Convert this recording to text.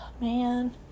man